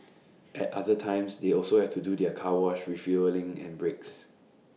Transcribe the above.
at other times they also have to do their car wash refuelling and breaks